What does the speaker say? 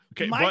Okay